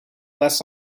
less